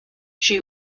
she